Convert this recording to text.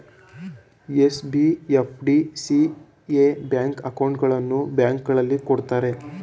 SB, FD, CA bank ಅಕೌಂಟ್ಗಳನ್ನು ಬ್ಯಾಂಕ್ಗಳಲ್ಲಿ ಕೊಡುತ್ತಾರೆ